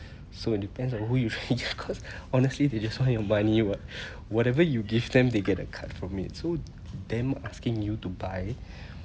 so it depends on who you cause honestly they just want your money what whatever you give them they get a cut from it so them asking you to buy